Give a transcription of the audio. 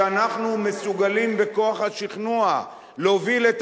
שאנחנו מסוגלים בכוח השכנוע להוביל את